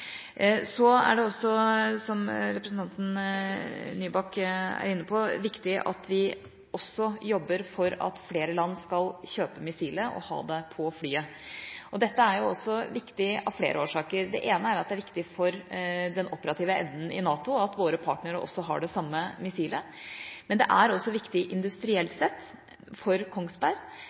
Så er det også, som representanten Nybakk er inne på, viktig at vi også jobber for at flere land skal kjøpe missilet og ha det på flyene. Dette er viktig av flere årsaker. Det ene er at det er viktig for den operative evnen i NATO at våre partnere har det samme missilet, men det er også viktig industrielt sett for Kongsberg